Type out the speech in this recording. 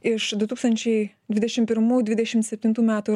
iš du tūkstančiai dvidešim pirmų dvidešim septintų metų